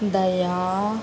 दया